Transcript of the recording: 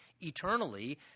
eternally